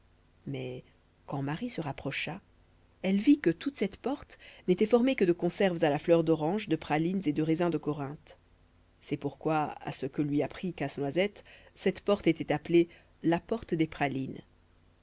mais quand marie se rapprocha elle vit que toute cette porte n'était formée que de conserves à la fleur d'orange de pralines et de raisin de corinthe c'est pourquoi à ce que lui apprit casse-noisette cette porte était appelée la porte des pralines